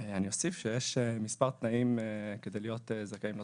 אני אוסיף שיש מספר תנאים כדי להיות זכאים לתוספת: